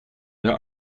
der